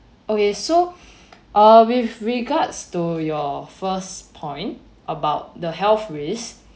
okay so uh with regards to your first point about the health risks